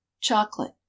chocolate